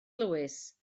lewis